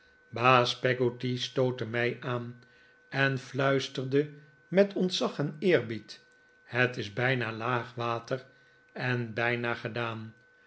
baas peggotty stootte mij aan en fluisterde met ontzag en eerbied het is bijna laag water en bijna gedaan